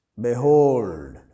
Behold